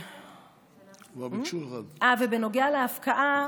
בנוגע להפקעה,